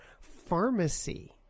pharmacy